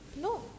No